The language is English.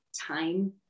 time